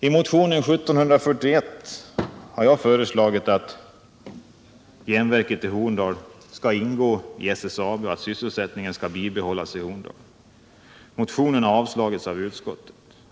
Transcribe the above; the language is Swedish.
I motionen 1741 har jag föreslagit att järnverket i Horndal skall ingå i SSAB och att sysselsättningen skall bibehållas i Horndal. Motionen har avstyrkts av utskottet.